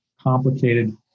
complicated